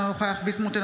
אינו נוכח בועז ביסמוט,